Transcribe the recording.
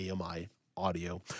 AMI-audio